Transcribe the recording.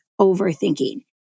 overthinking